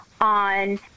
on